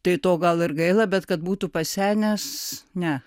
tai to gal ir gaila bet kad būtų pasenęs ne